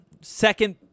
second